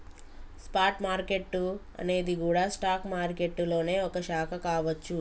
spot market అనేది గూడా stock మారికెట్టులోనే ఒక శాఖ కావచ్చు